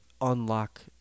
unlock